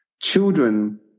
children